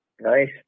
Nice